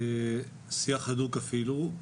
שיח הדוק אפילו.